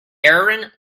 aaron